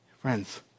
Friends